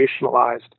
operationalized